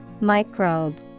Microbe